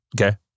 Okay